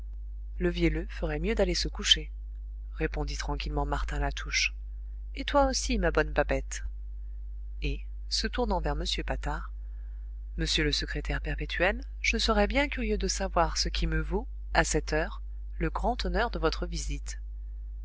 le vielleux ferait mieux d'aller se coucher répondit tranquillement martin latouche et toi aussi ma bonne babette et se tournant vers m patard monsieur le secrétaire perpétuel je serais bien curieux de savoir ce qui me vaut à cette heure le grand honneur de votre visite